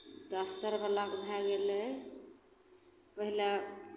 तऽ अस्तरवलाके भए गेलै पहिले